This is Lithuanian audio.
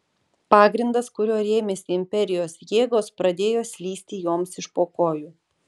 pagrindas kuriuo rėmėsi imperijos jėgos pradėjo slysti joms iš po kojų